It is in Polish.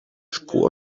szkło